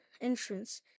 entrance